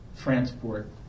transport